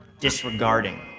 disregarding